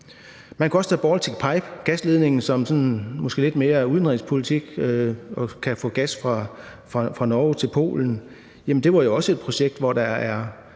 Man kunne også tage Baltic Pipe-gasledningen, som måske lidt mere er udenrigspolitik, og som kan føre gas fra Norge til Polen. Det var jo også et projekt, som vi